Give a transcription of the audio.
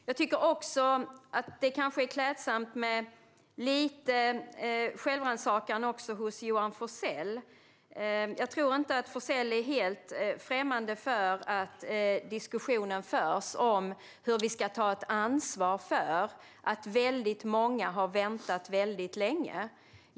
Jag tycker också att det kanske vore klädsamt med lite självrannsakan också hos Johan Forssell. Jag tror inte att Forssell är helt främmande för att diskussionen förs om hur vi ska ta ansvar för att väldigt många har väntat väldigt länge.